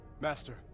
Master